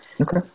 Okay